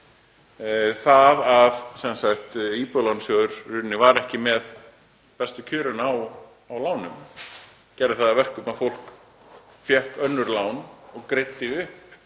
Það að Íbúðalánasjóður var ekki með bestu kjörin á lánum gerði það að verkum að fólk fékk önnur lán og greiddi upp